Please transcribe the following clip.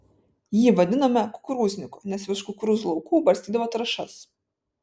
jį vadinome kukurūzniku nes virš kukurūzų laukų barstydavo trąšas